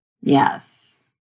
Yes